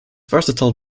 versatile